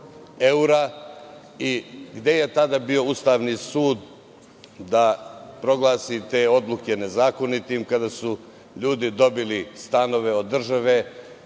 Gde je tada bio Ustavni sud da proglasi te odluke nezakonitim kada su ljudi dobili stanove od države?